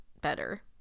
better